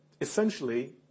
essentially